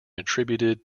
attributed